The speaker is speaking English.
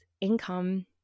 income